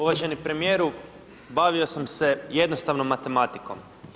Uvaženi premijeru, bavio sam se jednostavnom matematikom.